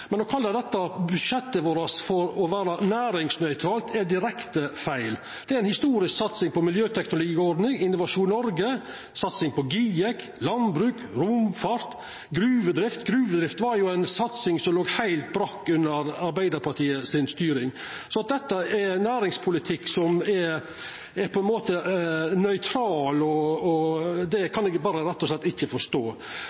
budsjettet vårt er næringsnøytralt, er direkte feil. Det er ei historisk satsing på miljøteknologiordning, Innovasjon Noreg, GIEK, landbruk, romfart og gruvedrift – ei satsing som låg heilt brakk under Arbeidarpartiet si styring. At dette er næringspolitikk som på ein måte er nøytral, kan eg rett og slett ikkje forstå. Når eg reiser rundt i det